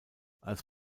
als